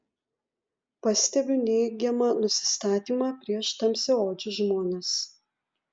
pastebiu neigiamą nusistatymą prieš tamsiaodžius žmones